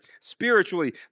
spiritually